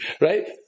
Right